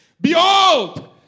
Behold